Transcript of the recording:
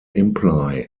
imply